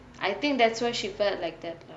I think that's why she felt like that